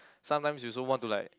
sometimes you also want to like